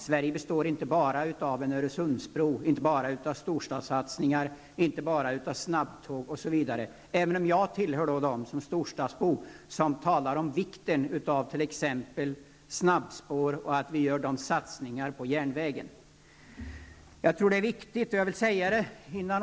Sverige består inte bara av en Öresundsbro, storstadssatsningar och snabbtåg osv., även om jag tillhör dem som såsom storstadsbor talar om vikten av t.ex. snabbspår och satsningar på järnvägen i detta avseende.